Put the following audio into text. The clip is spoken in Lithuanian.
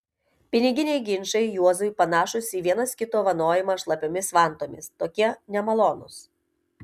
piniginiai ginčai juozui panašūs į vienas kito vanojimą šlapiomis vantomis tokie nemalonūs